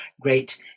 great